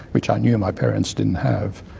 which i knew and my parents didn't have.